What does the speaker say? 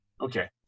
Okay